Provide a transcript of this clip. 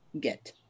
get